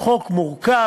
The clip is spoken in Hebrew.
חוק מורכב,